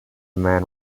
man